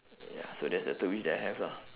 ya so that's the third wish that I have lah